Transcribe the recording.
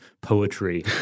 poetry